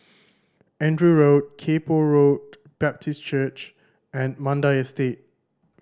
Andrew Road Kay Poh Road Baptist Church and Mandai Estate